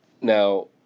Now